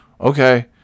Okay